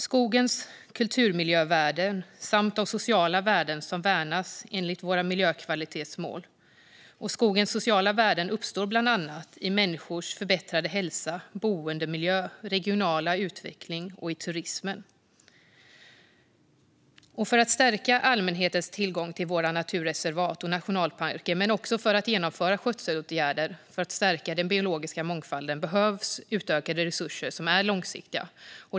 Skogens kulturmiljövärden samt de sociala värdena ska värnas enligt våra miljökvalitetsmål. Skogens sociala värden uppstår bland annat i människors förbättrade hälsa och boendemiljö, regional utveckling och turism. För att stärka allmänhetens tillgång till våra naturreservat och nationalparker men också för att genomföra skötselåtgärder för att stärka den biologiska mångfalden behövs utökade resurser som är långsiktiga.